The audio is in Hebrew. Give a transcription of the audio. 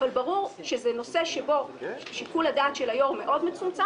אבל ברור שזה נושא שבו שיקול הדעת של היושב-ראש מאוד מצומצם